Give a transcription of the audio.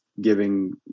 giving